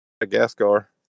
Madagascar